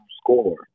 score